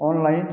online